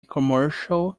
commercial